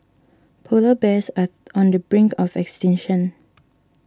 Polar Bears are on the brink of extinction